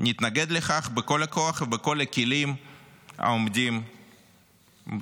נתנגד לכך בכל הכוח ובכל הכלים העומדים לרשותנו.